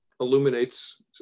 illuminates